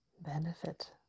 benefit